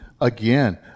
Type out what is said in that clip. again